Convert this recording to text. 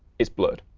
it's blurred.